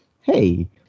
Hey